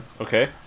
okay